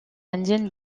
indienne